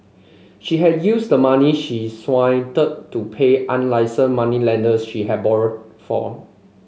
she had use the money she swindled to pay unlicensed moneylenders she have borrowed form